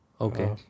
Okay